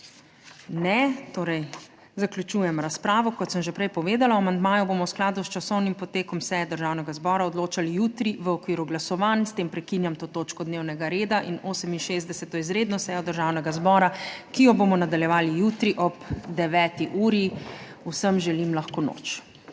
(Ne.) Torej zaključujem razpravo, kot sem že prej povedala, o amandmaju bomo v skladu s časovnim potekom seje Državnega zbora odločali jutri, v okviru glasovanj. S tem prekinjam to točko dnevnega reda in 68. izredno sejo Državnega zbora, ki jo bomo nadaljevali jutri ob 9. uri. Vsem želim lahko noč¨!